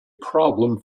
problem